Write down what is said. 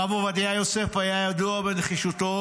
הרב עובדיה יוסף היה ידוע בנחישותו